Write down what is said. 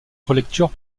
relecture